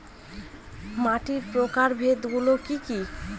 মাটির প্রকারভেদ গুলো কি কী?